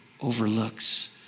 overlooks